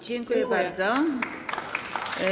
Dziękuję bardzo.